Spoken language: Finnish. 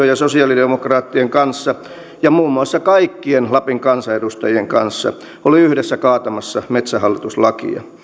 ja sosialidemokraattien kanssa ja muun muassa kaikkien lapin kansanedustajien kanssa oli yhdessä kaatamassa metsähallitus lakia